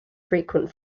frequent